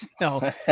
No